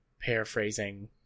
paraphrasing